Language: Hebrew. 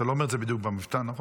אתה לא אומר את זה בדיוק במבטא הנכון,